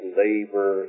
labor